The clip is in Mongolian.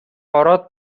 ороод